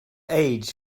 age